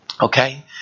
Okay